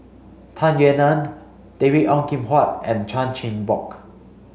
Tung Yue Nang David Ong Kim Huat and Chan Chin Bock